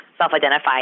self-identify